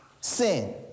sin